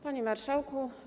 Panie Marszałku!